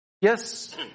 Yes